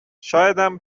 شایدم